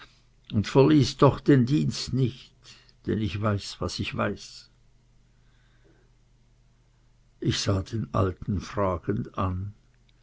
und verließ doch den dienst nicht denn ich weiß was ich weiß ich sah den alten fragend an